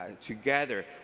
together